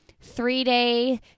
three-day